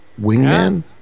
Wingman